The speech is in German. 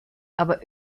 aber